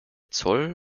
zoll